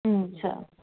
సరే